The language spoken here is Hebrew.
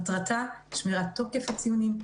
מטרתה של הנוסחה היא שמירת תוקף הציונים,